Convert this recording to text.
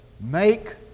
make